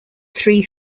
three